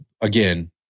again